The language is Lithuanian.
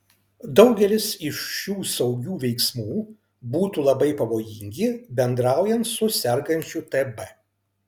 daugelis iš šių saugių veiksmų būtų labai pavojingi bendraujant su sergančiu tb